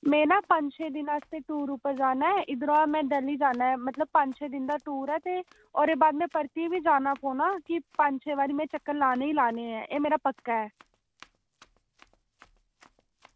में ना पंज छे दिन आस्तै टूर उप्पर जाना ऐ इद्धरा में दिल्ली जाना मतलब पंज छे दिन दा टूर ऐ होर बाद ई में परतियै जाना पौना पंज छे बारी में चक्कर लानै ई लानै ऐ एह् मेरा पक्का ऐ